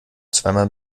zweimal